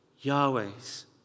Yahweh's